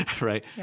Right